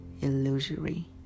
illusory